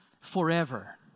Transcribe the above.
forever